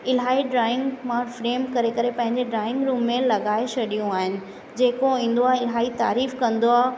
इलाही ड्राइंग मां फ्रेम करे करे पंहिंजे ड्राइंग रूम में लॻाए छॾियूं आहिनि जेको ईंदो आहे इलाही तारीफ़ कंदो आहे